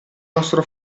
nostro